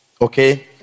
Okay